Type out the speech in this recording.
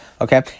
okay